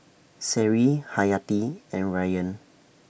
Seri Hayati and Rayyan